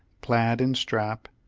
plaid in strap,